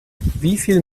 wieviel